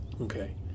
Okay